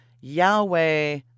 Yahweh